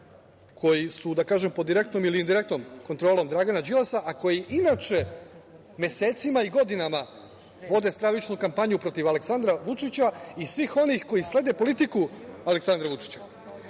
koji su, da kažem, pod direktnom ili indirektnom kontrolom Dragana Đilasa, a koji inače mesecima i godinama vode stravičnu kampanju protiv Aleksandra Vučića i svih onih koji slede politiku Aleksandra Vučića.